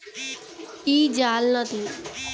इ जाल नदी में स्थाई अउरी अस्थाई दूनो रूप में लगावल जाला